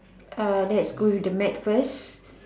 err let's go with the mat first